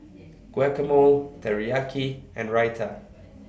Guacamole Teriyaki and Raita